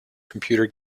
computer